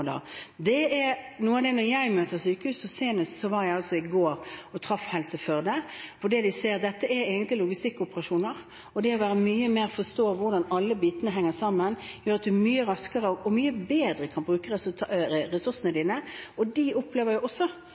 Det er noe av det jeg møter på sykehus – senest i går møtte jeg Helse Førde. Det de ser, er at dette egentlig er logistikkoperasjoner, og det å forstå hvordan alle bitene henger sammen, gjør at man mye raskere og mye bedre kan bruke ressursene sine. De opplever også at kvaliteten og fornøydheten ikke bare hos pasienter, men også